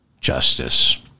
justice